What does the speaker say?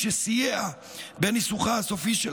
שסייע בניסוחה הסופי של ההצעה,